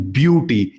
beauty